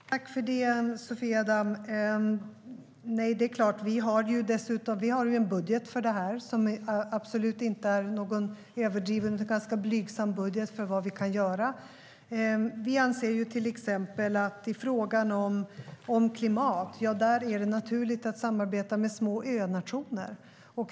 Herr ålderspresident! Det är klart att det inte ska vara till vilket pris som helst, Sofia Damm. Vi har en budget för detta som inte är överdriven. Det är en ganska blygsam budget för vad vi kan göra. I frågan om klimat anser vi att det är naturligt att samarbeta med små önationer.